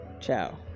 Ciao